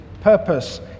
purpose